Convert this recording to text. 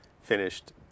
finished